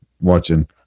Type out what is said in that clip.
watching